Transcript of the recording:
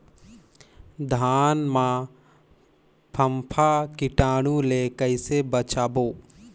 धान मां फम्फा कीटाणु ले कइसे बचाबो?